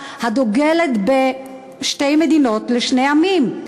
הדוגלת בשתי מדינות לשני עמים.